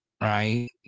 Right